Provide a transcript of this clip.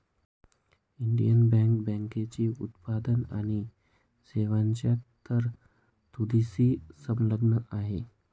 Indian Bank बँकेची उत्पादन आणि सेवांच्या तरतुदींशी संलग्न आहे